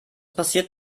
passiert